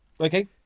Okay